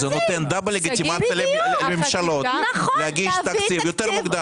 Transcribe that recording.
זה נותן דאבל לגיטימציה לממשלות להגיש תקציב יותר מוקדם.